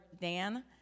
Dan